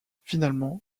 finalement